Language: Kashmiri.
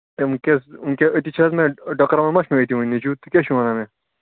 اے وٕنۍ کہِ حظ وٕنۍ کیٛاہ أتی چھِ حظ مےٚ ڈۄکراوُن ما چھُ مےٚ أتی وۄنۍ نیٚچوٗ تُہۍ کیٛاہ چھُو وَنان مےٚ